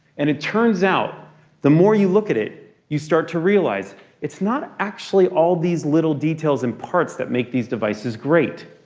and it turns out the more you look at it you start to realize it's not actually all these little details and parts that make these devices great.